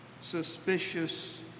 suspicious